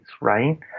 right